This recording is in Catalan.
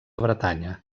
bretanya